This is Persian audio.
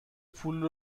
پول